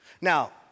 Now